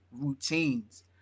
routines